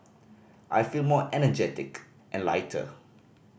I feel more energetic and lighter